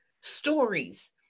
stories